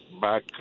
back